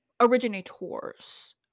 originators